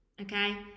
Okay